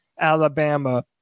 Alabama